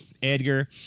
Edgar